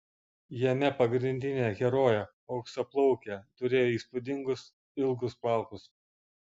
jame pagrindinė herojė auksaplaukė turėjo įspūdingus ilgus plaukus